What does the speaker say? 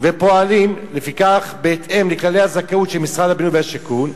ופועלים לפיכך בהתאם לכללי הזכאות של משרד הבינוי והשיכון,